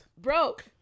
broke